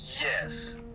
Yes